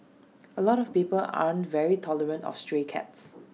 A lot of people aren't very tolerant of stray cats